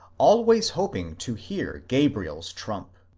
always hoping to hear grabriers trump.